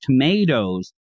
tomatoes